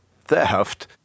theft